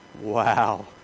Wow